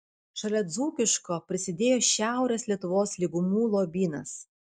šalia dzūkiško prisidėjo šiaurės lietuvos lygumų lobynas